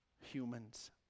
humans